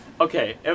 Okay